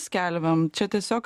skelbiam čia tiesiog